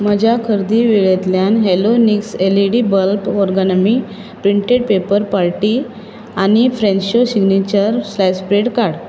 म्हज्या खरेदीे वळेरेंतल्यान Halonix LED bulb origami printed paper party आनी फ्रॅशो सिग्नेचर स्लाय्स ब्रॅड काड